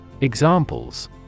Examples